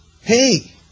hey